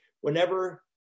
whenever